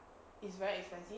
it's very expensive